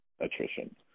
attrition